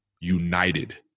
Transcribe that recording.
united